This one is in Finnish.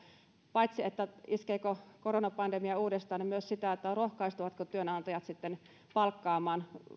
paitsi sitä iskeekö koronapandemia uudestaan myös sitä rohkaistuvatko työnantajat palkkaamaan työntekijöitä